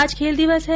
आज खेल दिवस है